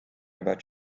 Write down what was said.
about